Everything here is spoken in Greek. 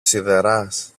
σιδεράς